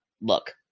Look